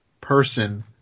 person